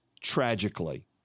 tragically